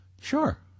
Sure